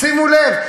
שימו לב.